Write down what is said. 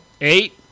Eight